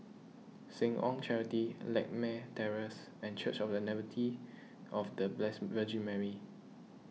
Seh Ong Charity Lakme Terrace and Church of the Nativity of the Blessed Virgin Mary